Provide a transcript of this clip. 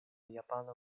japana